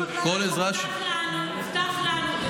הובטח לנו,